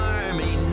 army